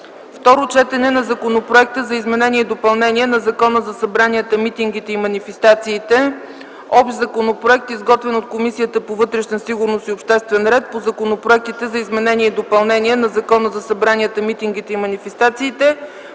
Второ четене на Законопроекта за изменение и допълнение на Закона за събранията, митингите и манифестациите - общ законопроект, изготвен от Комисията по вътрешна сигурност и обществен ред по законопроектите за изменение и допълнение на Закона за събранията, митингите и манифестациите,